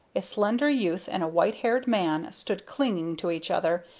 a slender youth and a white-haired man stood clinging to each other,